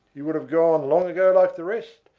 he would have gone long ago like the rest,